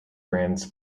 grands